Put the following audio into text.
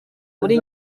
muri